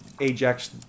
Ajax